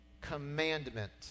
Commandment